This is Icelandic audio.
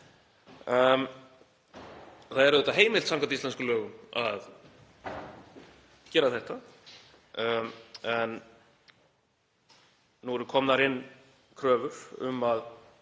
Það er auðvitað heimilt samkvæmt íslenskum lögum að gera þetta en nú eru komnar inn kröfur um að